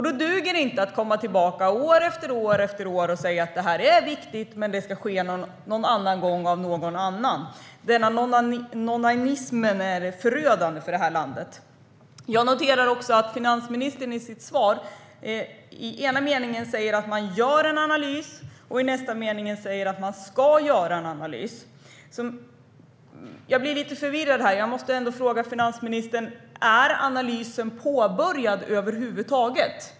Då duger det inte att komma tillbaka år efter år och säga att detta är viktigt men att det ska ske någon annan gång och göras av någon annan. Denna nånannanism är förödande för det här landet. Jag noterar att ministern i sitt svar i den ena meningen säger att man gör en analys och i nästa mening säger att man ska göra en analys. Jag blir lite förvirrad, och jag måste fråga finansministern: Är analysen påbörjad över huvud taget?